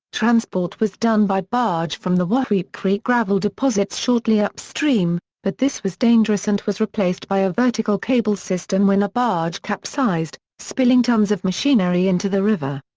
transport was done by barge from the wahweap creek gravel deposits shortly upstream, but this was dangerous and was replaced by a vertical cable system when a barge capsized, spilling tons of machinery into the river.